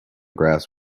grass